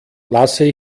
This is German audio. lasse